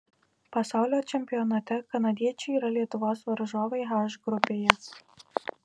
pasaulio čempionate kanadiečiai yra lietuvos varžovai h grupėje